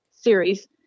series